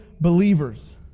believers